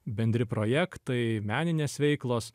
bendri projektai meninės veiklos